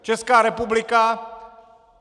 Česká republika...